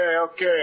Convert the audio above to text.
okay